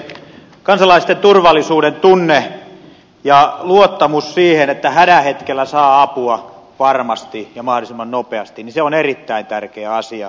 kansalaisten turvallisuudentunne ja luottamus siihen että hädän hetkellä saa apua varmasti ja mahdollisimman nopeasti on erittäin tärkeä asia